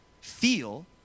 feel